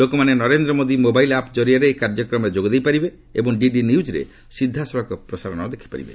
ଲୋକମାନେ Narendra Modi mobile app ଜରିଆରେ ଏହି କାର୍ଯ୍ୟକ୍ରମରେ ଯୋଗ ଦେଇ ପାରିବେ ଏବଂ ଡିଡି ନ୍ୟୁଜ୍ରେ ସିଧାସଳଖ ପ୍ରସାରଣ ଦେଖିପାରିବେ